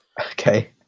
Okay